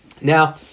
Now